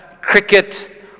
cricket